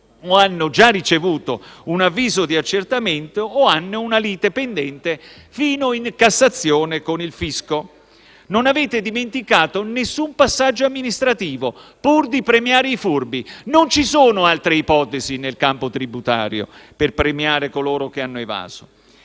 o hanno già ricevuto un avviso di accertamento o hanno una lite pendente fino in Cassazione con il fisco. Non avete dimenticato nessun passaggio amministrativo, pur di premiare i furbi. Non ci sono altre ipotesi nel campo tributario per premiare coloro che hanno evaso.